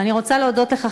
ואני רוצה להודות לך,